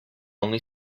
only